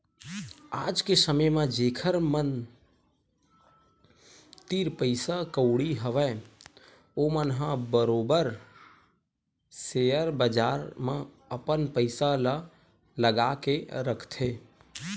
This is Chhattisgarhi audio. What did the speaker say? आज के समे म जेखर मन तीर पइसा कउड़ी हवय ओमन ह बरोबर सेयर बजार म अपन पइसा ल लगा के रखथे